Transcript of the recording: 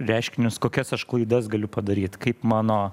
reiškinius kokias aš klaidas galiu padaryt kaip mano